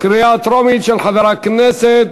של חבר הכנסת